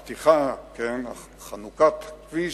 הפתיחה, חנוכת הכביש,